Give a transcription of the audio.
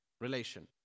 relation